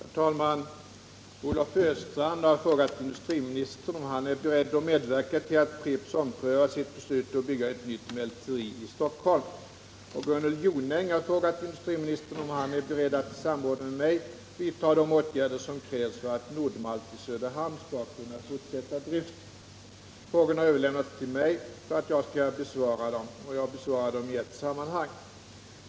Herr talman! Olle Östrand har frågat industriministern om han är beredd att medverka till att Pripps omprövar sitt beslut att bygga ett nytt mälteri i Stockholm. Gunnel Jonäng har frågat industriministern om han är beredd att i samråd med mig vidta de åtgärder som krävs för att Nord-Malt i Söderhamn skall kunna fortsätta driften. Frågorna har överlämnats till mig för att jag skall besvara dem. Jag besvarar dem i ett sammanhang.